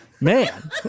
man